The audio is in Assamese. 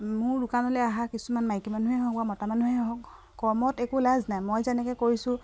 মোৰ দোকানলে আহা কিছুমান মাইকী মানুহেই হওক বা মতা মানুহেই হওক কৰ্মত একো লাজ নাই মই যেনেকে কৰিছোঁ